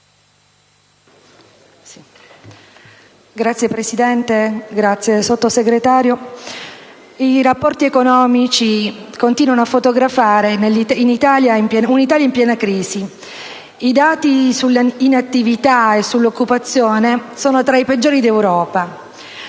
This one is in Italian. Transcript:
Signor Presidente, signora Vice Ministro, i rapporti economici continuano a fotografare un'Italia in piena crisi: i dati sull'inattività e sull'occupazione sono tra i peggiori d'Europa.